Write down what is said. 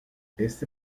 este